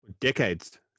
Decades